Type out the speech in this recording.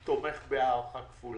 לא תומך בהארכה כפולה.